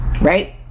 Right